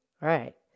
Right